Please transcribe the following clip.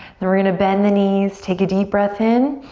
then we're gonna bend the knees, take a deep breath in.